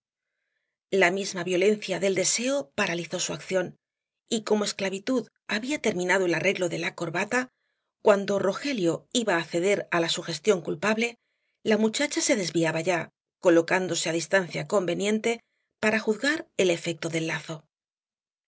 la misma violencia del deseo paralizó su acción y como esclavitud había terminado el arreglo de la corbata cuando rogelio iba á ceder á la sugestión culpable la muchacha se desviaba ya colocándose á distancia conveniente para juzgar del efecto del lazo